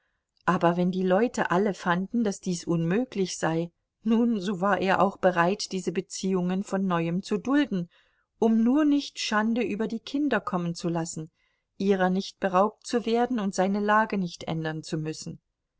aber wenn die leute alle fanden daß dies unmöglich sei nun so war er auch bereit diese beziehungen von neuem zu dulden um nur nicht schande über die kinder kommen zu lassen ihrer nicht beraubt zu werden und seine lage nicht ändern zu müssen